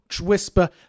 whisper